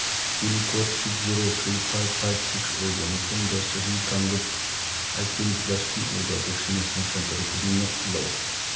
pincode six zero three five five six ꯑꯣꯏꯕ ꯃꯐꯝꯗ ꯆꯍꯤ ꯀꯥꯡꯂꯨꯞ ꯑꯥꯏꯇꯤꯟ ꯄ꯭ꯂꯁꯀꯤ ꯑꯣꯏꯕ ꯚꯦꯛꯁꯤꯅꯦꯁꯟ ꯁꯦꯟꯇꯔ ꯈꯨꯗꯤꯡꯃꯛ ꯎꯠꯂꯛꯎ